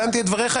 הבנתי את דבריך?